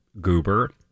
goober